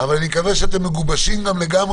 ודאי